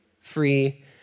free